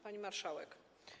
Pani Marszałek!